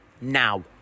Now